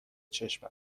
چشم